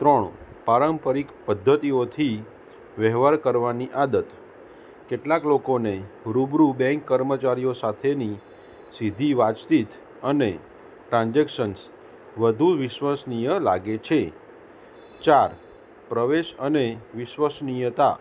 ત્રણ પારંપરિક પદ્ધતિઓથી વહેવાર કરવાની આદત કેટલાક લોકોને રૂબરૂ બેન્ક કર્મચારીઓ સાથેની સીધી વાતચીત અને ટ્રાન્ઝેક્શન્સ વધુ લાગે છે વિશ્વસનીય ચાર પ્રવેશ અને વિશ્વસનીયતા